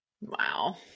Wow